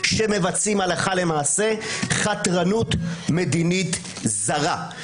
שמבצעים הלכה למעשה חתרנות מדינית זרה,